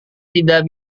tidak